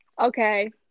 okay